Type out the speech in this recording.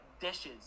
dishes